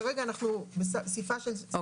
כרגע אנחנו בשיחה שאולי.